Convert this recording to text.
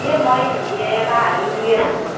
এই মই হেৰিয়ে বাহাদুৰ ৰুই আছোঁ